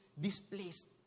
displaced